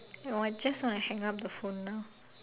I want just want to hang up the phone now